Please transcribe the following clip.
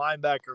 linebacker